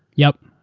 yup.